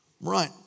right